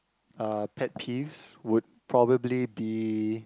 uh pet peeves would probably be